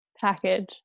package